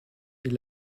est